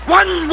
one